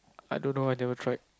I don't know I never tried